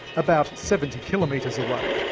about seventy kilometres away.